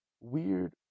weird